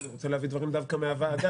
אני רוצה להביא דברים דווקא מהוועדה,